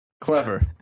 Clever